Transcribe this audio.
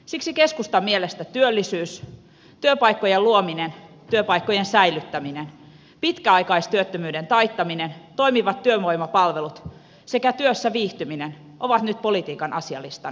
siksi keskustan mielestä työllisyys työpaikkojen luominen työpaikkojen säilyttäminen pitkäaikaistyöttömyyden taittaminen toimivat työvoimapalvelut sekä työssä viihtyminen ovat nyt politiikan asialistan numero yksi